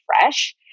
fresh